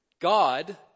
God